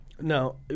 No